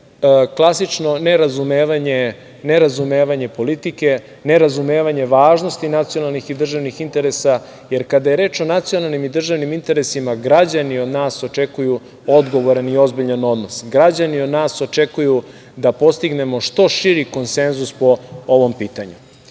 nerazumevanje politike, nerazumevanje važnosti nacionalnih i državnih interesa, jer kada je reč o nacionalnim i državnim interesima građani od nas očekuju odgovoran i ozbiljan odnos. Građani o nas očekuju da postignemo što širi konsenzus po ovom pitanju. Dakle,